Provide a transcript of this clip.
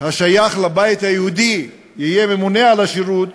השייך לבית היהודי יהיה ממונה על השירות